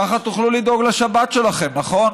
ככה תוכלו לדאוג לשבת שלכם, נכון?